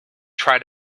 try